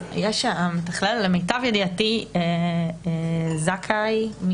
למיטב ידיעתי המתכלל זה זכאי,